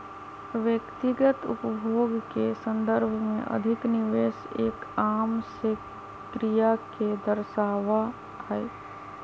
व्यक्तिगत उपभोग के संदर्भ में अधिक निवेश एक आम से क्रिया के दर्शावा हई